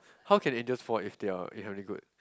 how can angels fall if they are they are already good